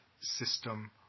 system